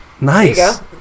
Nice